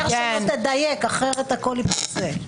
תיזהר שלא תדייק אחרת הכול ייפסל.